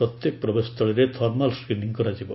ପ୍ରତ୍ୟେକ ପ୍ରବେଶ ସ୍ଥୁଳୀରେ ଥର୍ମାଲ୍ ସ୍କ୍ରିନିଂ କରାଯିବ